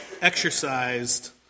exercised